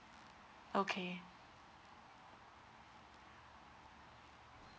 okay